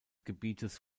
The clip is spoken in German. gebietes